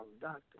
doctor